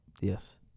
Yes